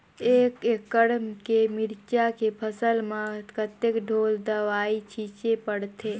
एक एकड़ के मिरचा के फसल म कतेक ढोल दवई छीचे पड़थे?